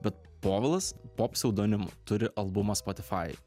bet povilas po psiaudonimu turi albumą spotify